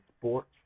sports